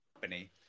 company